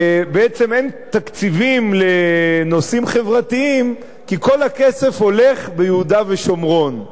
בעצם אין תקציבים לנושאים חברתיים כי כל הכסף הולך ביהודה ושומרון.